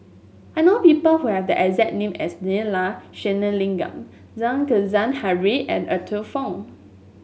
I know people who have the exact name as Neila Sathyalingam Then Kezhan Henri and Arthur Fong